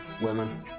Women